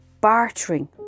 Bartering